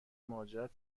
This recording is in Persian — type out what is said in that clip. مهاجرت